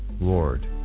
Lord